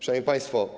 Szanowni Państwo!